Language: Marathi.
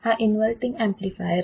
हा इन्वर्तींग ऍम्प्लिफायर आहे